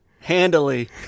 Handily